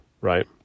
right